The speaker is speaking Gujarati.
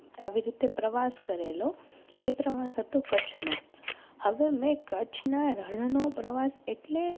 આવી રીતે પ્રવાસ કરેલો એ પ્રવાસ હતો કચ્છનો હવે મેં કચ્છનાં રણનો પ્રવાસ એટલે